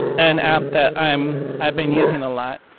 an app that i'm i've been using a lot,